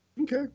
Okay